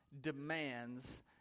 demands